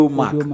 mark